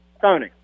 Tony